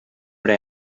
hora